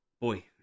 boy